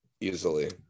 easily